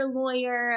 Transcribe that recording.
lawyer